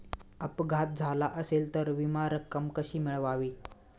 अपघात झाला असेल तर विमा रक्कम कशी मिळवावी?